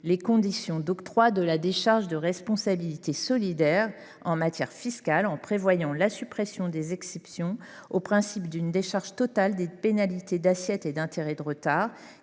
les conditions d’octroi de la décharge de responsabilité solidaire en matière fiscale, en prévoyant la suppression des exceptions au principe d’une décharge totale des pénalités d’assiette et intérêts de retard,